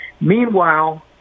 Meanwhile